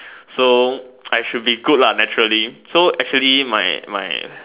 so I should be good naturally so actually my my